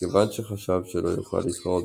כיוון שחשב שלא יוכל להתחרות